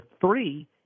three